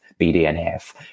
BDNF